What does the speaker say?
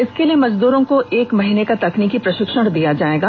इसके लिए मजदरों को एक माह का तकनीकी प्रशिक्षण दिया जाएगा